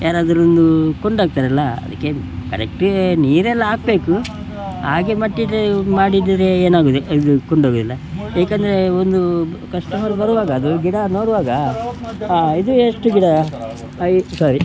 ಯಾರಾದರೂ ಬಂದು ಕೊಂಡೋಗ್ತಾರಲ್ಲ ಅದಕ್ಕೆ ಕರೆಕ್ಟಾಗೆ ನೀರೆಲ್ಲ ಹಾಕಬೇಕು ಹಾಗೆ ಮತ್ತು ಇಟ್ಟರೆ ಮಾಡಿದರೆ ಏನಾಗುದಿ ಇದು ಕೊಂಡೋಗಲ್ಲ ಏಕಂದ್ರೆ ಒಂದು ಕಸ್ಟಮರ್ ಬರುವಾಗ ಅದು ಗಿಡ ನೋಡುವಾಗ ಇದು ಎಷ್ಟು ಗಿಡ ಸಾರಿ